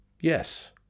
yes